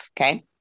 okay